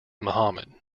mohammed